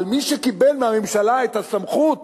אבל מי שקיבל מהממשלה את הסמכות